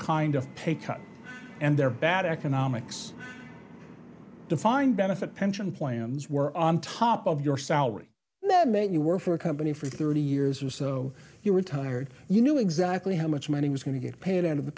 kind of pay cut and their bad economics defined benefit pension plans were on top of your salary that made you work for a company for thirty years or so you were tired you knew exactly how much money was going to get paid out of the